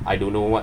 I don't know what